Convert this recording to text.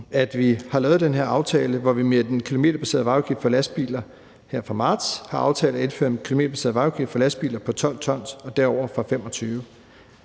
vi har lavet den her aftale, hvor vi med den kilometerbaserede vejafgift for lastbiler her fra marts har aftalt at indføre en kilometerbaseret vejafgift for lastbiler på 12 t og derover fra 2025.